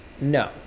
no